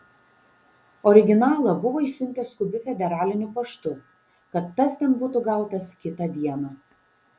originalą buvo išsiuntęs skubiu federaliniu paštu kad tas ten būtų gautas kitą dieną